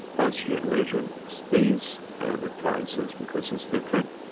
austrian version stays at the prices because it's different.